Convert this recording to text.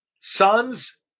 sons